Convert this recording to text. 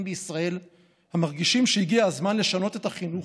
בישראל המרגישים שהגיע הזמן לשנות את החינוך.